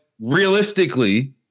realistically